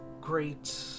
great